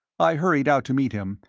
i hurried out to meet him,